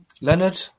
Leonard